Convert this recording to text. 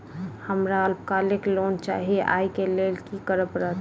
हमरा अल्पकालिक लोन चाहि अई केँ लेल की करऽ पड़त?